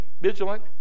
vigilant